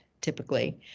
typically